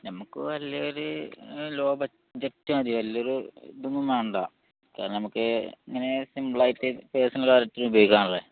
നമുക്ക് വലിയൊരു low budget മതി വലിയൊരു ഇതൊന്നും വേണ്ട കാരണം നമുക്ക് ഇങ്ങനെ സിമ്പിളായിട്ട് പേഴ്സണൽ കാര്യങ്ങൾക്ക് ഉപയോഗിക്കാനല്ലേ